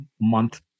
month